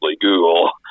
Google